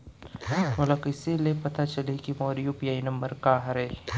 मोला कइसे ले पता चलही के मोर यू.पी.आई नंबर का हरे?